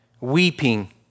weeping